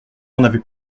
n’avaient